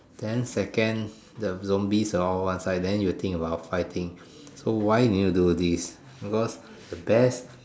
then second the zombies are all one side then you think about fighting so why you need to do this because the best